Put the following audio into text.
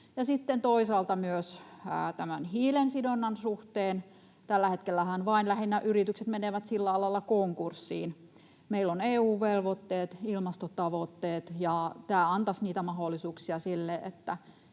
toisaalta myös tämän hiilensidonnan suhteen? Tällä hetkellähän vain lähinnä yritykset menevät sillä alalla konkurssiin. Meillä on EU-velvoitteet, ilmastotavoitteet, ja tämä antaisi niitä mahdollisuuksia sille,